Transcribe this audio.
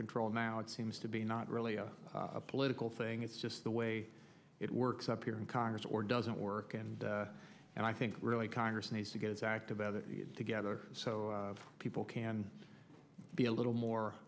control now it seems to be not really a political saying it's just the way it works up here in congress or doesn't work and and i think really congress needs to get its act about it together so people can be a little more